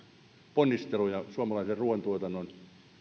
ponnisteluja suomalaisen ruuantuotannon